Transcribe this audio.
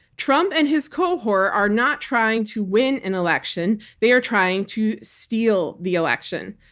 trump and his cohort are not trying to win an election they are trying to steal the election.